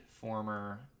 former